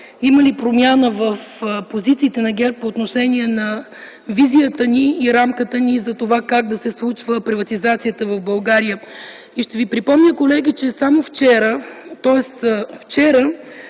има ли промяна в позициите на ГЕРБ по отношение на визията ни, рамката ни и за това как да се случва приватизацията в България. Ще ви припомня, колеги, че вчера в